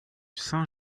saint